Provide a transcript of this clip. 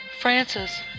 Francis